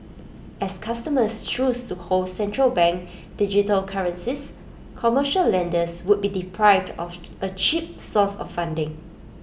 as customers choose to hold central bank digital currencies commercial lenders would be deprived of A cheap source of funding